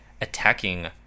attacking